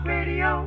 Radio